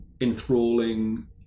enthralling